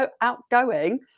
outgoing